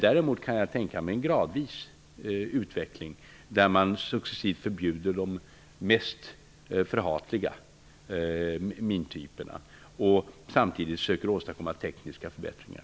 Däremot kan jag tänka mig en gradvis utveckling, att man successivt förbjuder de mest förhatliga mintyperna och samtidigt försöker åstadkomma tekniska förbättringar.